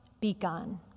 begun